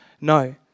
no